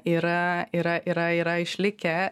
yra yra yra yra išlikę